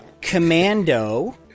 Commando